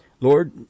Lord